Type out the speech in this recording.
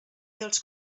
dels